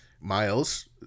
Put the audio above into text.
Miles